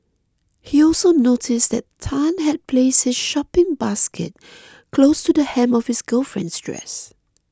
he also noticed Tan had placed his shopping basket close to the hem of his girlfriend's dress